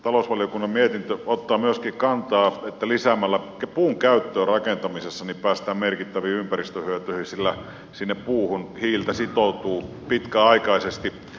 talousvaliokunnan mietintö ottaa myöskin kantaa että lisäämällä puun käyttöä rakentamisessa päästään merkittäviin ympäristöhyötyihin sillä puuhun hiiltä sitoutuu pitkäaikaisesti